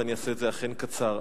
ואני אעשה את זה אכן קצר.